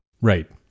Right